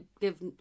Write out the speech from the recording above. give